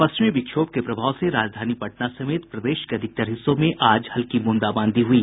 पश्चिमी विक्षोभ के प्रभाव से राजधानी पटना समेत प्रदेश के अधिकतर हिस्सों में आज हल्की ब्रंदाबांदी हुई